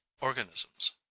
organisms